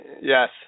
Yes